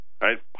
Right